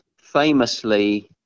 famously